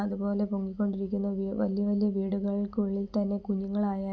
അതുപോലെ പൊങ്ങിക്കൊണ്ടിരിക്കുന്ന വലിയ വലിയ വീടുകൾക്കുള്ളിൽ തന്നെ കുഞ്ഞുങ്ങളായാലും